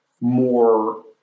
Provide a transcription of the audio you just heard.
more